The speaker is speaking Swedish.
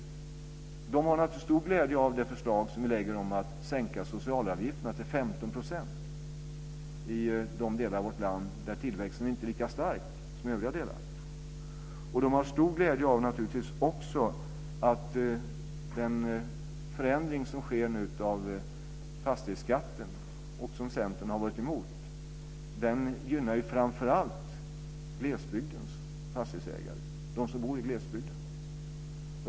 Den gynnar ju framför allt glesbygdens fastighetsägare, de som bor i glesbygden.